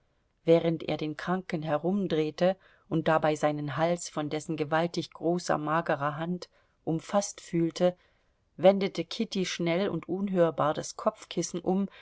während er den kranken herumdrehte und dabei seinen hals von dessen gewaltig großer magerer hand umfaßt fühlte wendete kitty schnell und unhörbar das kopfkissen um